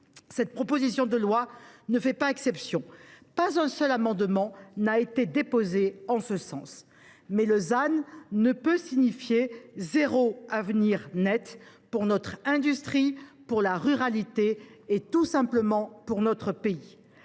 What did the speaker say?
Cette proposition de loi ne fait pas exception : pas un seul amendement n’a été déposé en ce sens. Toutefois, le ZAN ne saurait signifier « zéro avenir net » pour notre industrie, pour la ruralité et tout simplement pour notre pays.